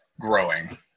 growing